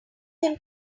him